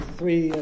three